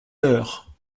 l’heure